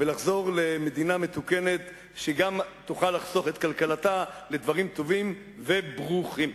ולחזור למדינה מתוקנת שגם תוכל לחסוך את כלכלתה לדברים טובים וברוכים.